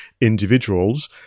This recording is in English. individuals